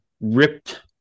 ripped